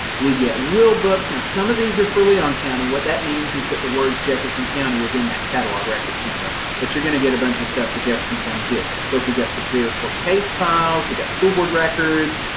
we get will books. now some of these are for leon county, what that means is that the words jefferson county is in that catalog record somewhere, but you're going to get a bunch of stuff for jefferson county here. look, we've got superior court case files, we've got school board records,